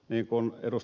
niin kuin ed